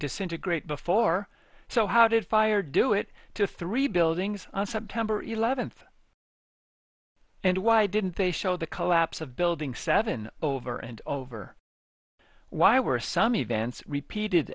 disintegrate before so how did fire do it to three buildings on september eleventh and why didn't they show the collapse of building seven over and over why were some events repeated